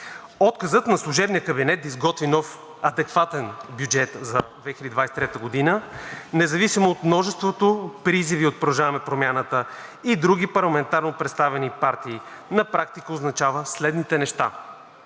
Отказът на служебния кабинет да изготви нов, адекватен бюджет за 2023 г. независимо от множеството призиви от „Продължаваме Промяната“ и други парламентарно представени партии на практика означава следните неща: